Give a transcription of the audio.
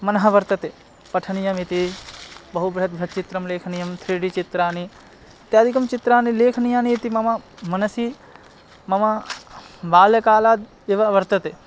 मनः वर्तते पठनीयमिति बहु बृहत् बृहच्चित्रं लेखनीयं थ्रि डि चित्राणि इत्यादिकं चित्राणि लेखनीयानि इति मम मनसि मम बाल्यकालादेव वर्तते